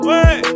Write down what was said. Wait